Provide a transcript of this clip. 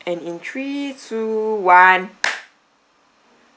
and in three two one